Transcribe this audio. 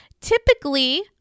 typically